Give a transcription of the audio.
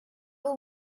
will